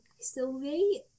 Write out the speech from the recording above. sylvie